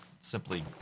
simply